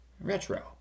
Retro